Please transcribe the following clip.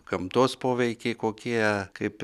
gamtos poveikiai kokie kaip